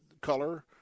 color